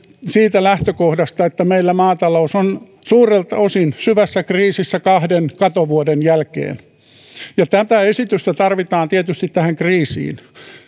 siitä lähtökohdasta että meillä maatalous on suurelta osin syvässä kriisissä kahden katovuoden jälkeen tätä esitystä tarvitaan tietysti tähän kriisiin